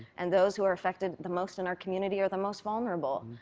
and those who are affected the most in our community are the most vulnerable,